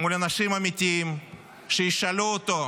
מול אנשים אמיתיים שישאלו אותו: